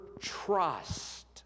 trust